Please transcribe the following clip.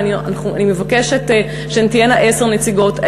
ואני מבקשת שהן תהיינה עשר נציגות.